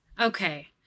Okay